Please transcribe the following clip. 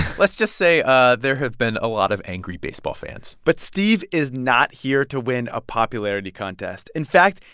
let's just say ah there have been a lot of angry baseball fans but steve is not here to win a popularity contest. in fact,